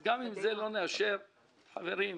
אם לא תאשרו את זה חברים,